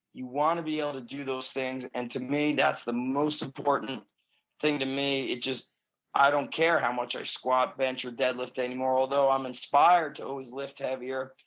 you want to be able to do those things and to me that's the most important thing to me. it's just i don't care how much i squat, bench, or deadlift anymore although, i'm inspired to always lift heavier.